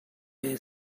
way